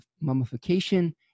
mummification